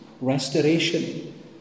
restoration